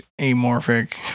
amorphic